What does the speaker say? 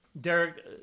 Derek